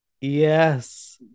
yes